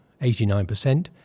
89%